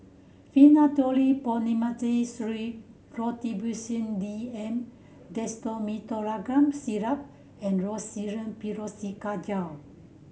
Rhinathiol Promethazine Syrup Robitussin D M Dextromethorphan Syrup and Rosiden Piroxicam Gel